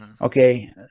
Okay